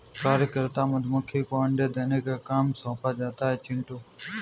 कार्यकर्ता मधुमक्खी को अंडे देने का काम सौंपा जाता है चिंटू